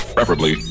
Preferably